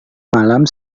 malam